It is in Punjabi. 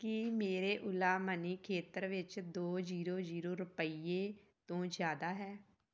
ਕੀ ਮੇਰੇ ਓਲਾ ਮਨੀ ਖੇਤਰ ਵਿੱਚ ਦੋ ਜ਼ੀਰੋ ਜ਼ੀਰੋ ਰੁਪਈਏ ਤੋਂ ਜ਼ਿਆਦਾ ਹੈ